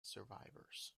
survivors